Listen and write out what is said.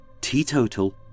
teetotal